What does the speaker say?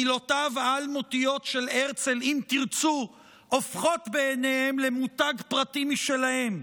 מילותיו האלמותיות של הרצל: "אם תרצו" הופכות בעיניהם למותג פרטי משלהם,